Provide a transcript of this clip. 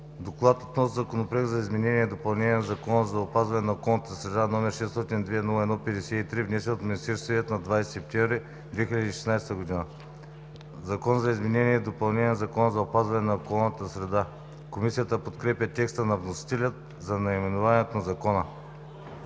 „Доклад относно Законопроект за изменение и допълнение на Закона за опазване на околната среда, № 602-01-53, внесен от Министерския съвет на 20 септември 2016 г. „Закон за изменение и допълнение на Закона за опазване на околната среда“. Комисията подкрепя текста на вносителя за наименованието на Закона.